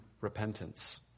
repentance